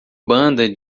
banda